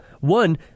one